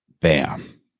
Bam